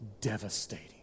devastating